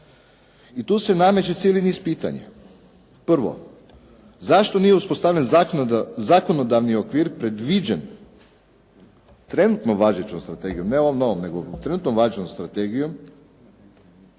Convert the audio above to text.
I tu se nameće cijeli niz pitanja. Prvo, zašto nije uspostavljen zakonodavni okvir predviđen trenutno važećom strategijom, ne ovom novom nego trenutno važećom strategijom